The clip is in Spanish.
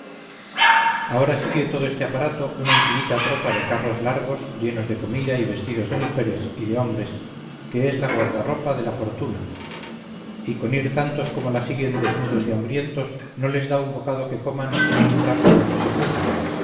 ahora sigue todo este aparato una infinita tropa de carros largos llenos de comida y vestidos de mujeres y de hombres que es la guardarropa de la fortuna y con ir tantos como la siguen desnudos y hambrientos no les da un bocado que coman ni un trapo con que se cubran